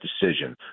decision